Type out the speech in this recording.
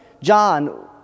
John